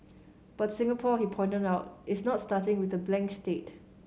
but Singapore he pointed out is not starting with a blank slate